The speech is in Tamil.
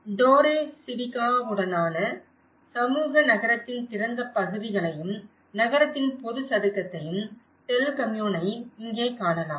டோரே சிவிகாவுடனான சமூக நகரத்தின் திறந்த பகுதிகளையும் நகரத்தின் பொதுச் சதுக்கத்தையும் டெல் கம்யூனை இங்கே காணலாம்